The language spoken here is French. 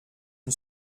une